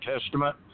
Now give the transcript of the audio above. Testament